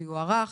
זה יוארך,